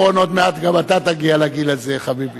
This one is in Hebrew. בר-און, עוד מעט גם אתה תגיע לגיל הזה, חביבי.